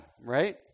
right